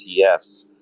ETFs